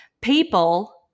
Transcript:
people